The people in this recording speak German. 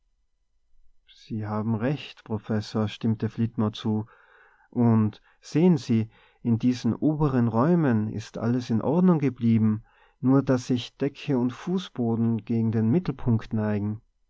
sie haben recht professor stimmte flitmore zu und sehen sie in diesen oberen räumen ist alles in ordnung geblieben nur daß sich decke und fußboden gegen den mittelpunkt neigen